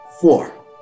four